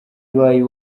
abaye